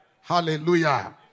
Hallelujah